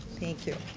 thank you,